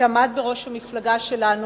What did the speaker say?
שעמד בראש המפלגה שלנו,